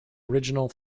original